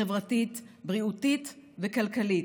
חברתית, בריאותית וכלכלית.